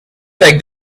take